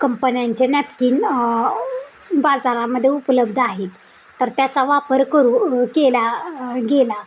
कंपन्यांचे नॅपकिन बाजारामध्ये उपलब्ध आहेत तर त्याचा वापर करू केला गेला